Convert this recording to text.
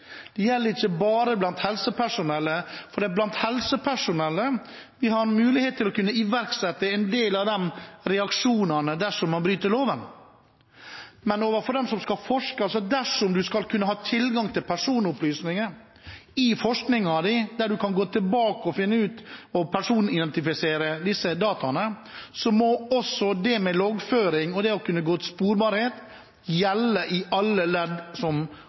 Det gjelder i hele kjeden. Det gjelder ikke bare blant helsepersonellet, for blant helsepersonellet har vi mulighet til å kunne iverksette en del reaksjoner dersom man bryter loven, men det gjelder overfor dem som skal forske. Dersom man skal kunne ha tilgang til personopplysninger i forskningen, og kan gå tilbake og personidentifisere disse dataene, må loggføring og sporbarhet gjelde i alle ledd som